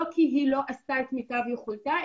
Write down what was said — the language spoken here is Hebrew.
לא כי היא לא עשתה את מיטב יכולתה,